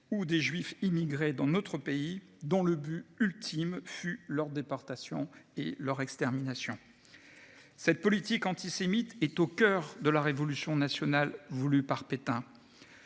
Ou des juifs immigrés dans notre pays dont le but ultime fut leur déportation et leur extermination. Cette politique antisémite est au coeur de la révolution nationale voulue par Pétain.